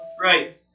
Right